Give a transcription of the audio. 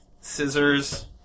scissors